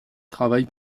travaille